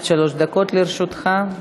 חמש דקות לרשותך.